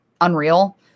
Unreal